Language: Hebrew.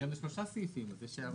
הקראנו שלושה סעיפים ויש עוד הערות.